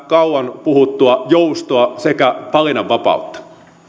kauan puhuttua joustoa sekä valinnanvapautta